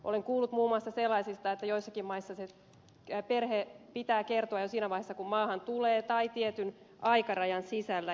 olen kuullut muun muassa sellaisista että joissakin maissa se perhe pitää kertoa jo siinä vaiheessa kun maahan tulee tai tietyn aikarajan sisällä